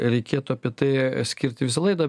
reikėtų apie tai skirti visą laidą